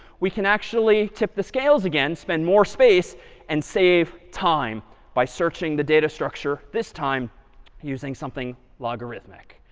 we can actually tip the scales again, spend more space and save time by searching the data structure, this time using something logarithmic.